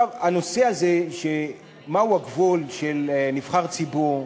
הנושא הזה, של מהו הגבול של נבחר ציבור,